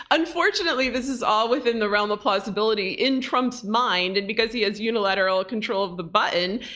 unfortunately, this is all within the realm of plausibility in trump's mind, and because he has unilateral control of the button.